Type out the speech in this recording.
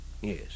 Yes